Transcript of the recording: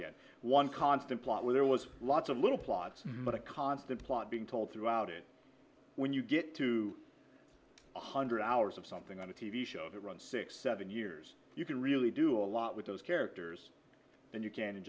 the one constant plot where there was lots of little plots but a constant plot being told throughout it when you get to one hundred hours of something on a t v show to run six seven years you can really do a lot with those characters and you can